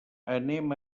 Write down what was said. anem